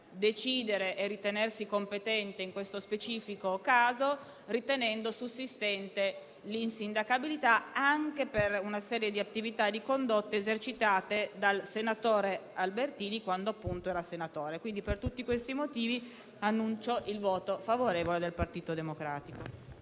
decidere e ritenersi competente in questo specifico caso, ritenendo sussistente l'insindacabilità anche per una serie di attività e di condotte esercitate dal senatore Albertini quando, appunto, era senatore. Per tutti questi motivi preannuncio il voto favorevole del Gruppo Partito Democratico